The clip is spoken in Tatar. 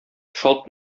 шалт